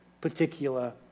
particular